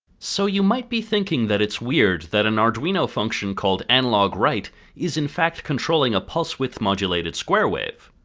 so you might be thinking that it's weird that an arduino function called analogwrite is in fact controlling a pulse width modulated square wave.